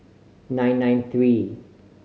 nine nine three